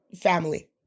family